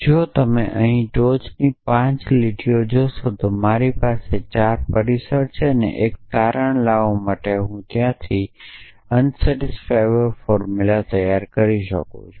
જો તમે અહી ટોચની 5 લીટીઓ જોશો તો મારી પાસે 4 પરિસર છે અને 1 તારણ લાવવા માટે હું ત્યાંથી અસંતોષકારક ફોર્મુલા તૈયાર કરી શકું છું